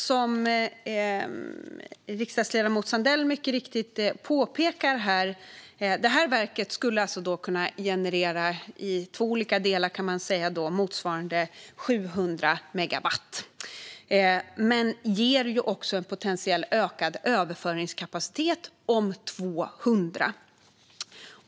Som riksdagsledamoten Sandell mycket riktigt påpekar skulle det här verket kunna generera i två olika delar, kan man säga, motsvarande 700 megawatt, men det ger också en potentiell ökad överföringskapacitet om 200.